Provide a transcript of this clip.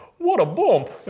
what a bump.